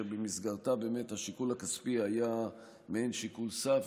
שבמסגרתה השיקול הכספי היה מעין שיקול סף,